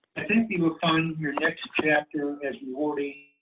i think you will find your next chapter as rewarding.